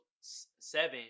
seven